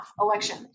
election